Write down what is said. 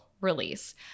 release